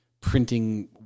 printing